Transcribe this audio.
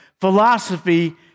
philosophy